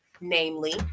Namely